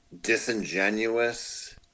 disingenuous